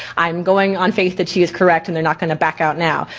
i'm going on faith that she is correct and they're not gonna back out now.